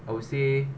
I would say